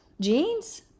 Jeans